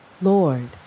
Lord